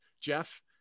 jeff